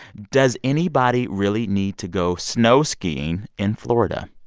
does anybody really need to go snow skiing in florida?